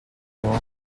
maw